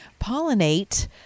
pollinate